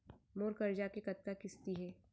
मोर करजा के कतका किस्ती हे?